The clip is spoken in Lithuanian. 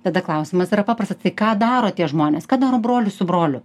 tada klausimas yra paprastas tai ką daro tie žmonės ką daro brolis su broliu